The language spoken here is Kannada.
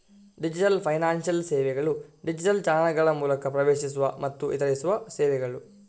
ಡಿಜಿಟಲ್ ಫೈನಾನ್ಶಿಯಲ್ ಸೇವೆಗಳು ಡಿಜಿಟಲ್ ಚಾನಲ್ಗಳ ಮೂಲಕ ಪ್ರವೇಶಿಸುವ ಮತ್ತೆ ವಿತರಿಸುವ ಸೇವೆಗಳು